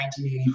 1984